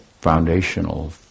foundational